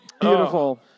beautiful